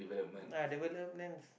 and develop them